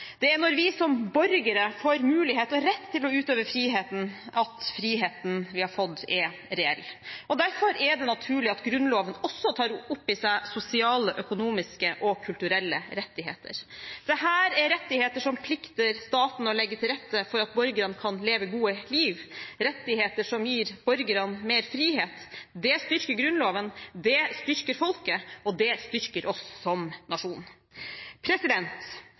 Det er når vi som borgere får mulighet og rett til å utøve friheten, at friheten vi har fått, er reell. Derfor er det naturlig at Grunnloven også tar opp i seg sosiale, økonomiske og kulturelle rettigheter. Dette er rettigheter som plikter staten å legge til rette for at borgerne kan leve gode liv, rettigheter som gir borgerne mer frihet. Det styrker Grunnloven, det styrker folket, og det styrker oss som nasjon.